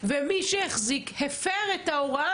ומי שהחזיק נשק כזה הפר את ההוראה.